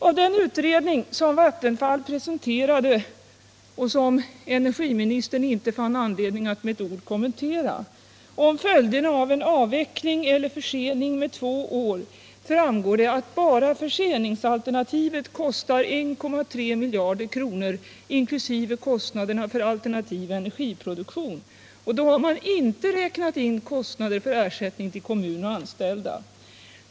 Av den utredning som Vattenfall presenterade — och som energiministern inte fann anledning att med ett ord kommentera — om följderna av en avveckling eller försening med två år framgår att bara förseningsalternativet kostar 1,3 miljarder kronor inkl. kostnaderna för alternativ energiproduktion. Då har man inte räknat in kostnader för ersättning till kommuner och anställda.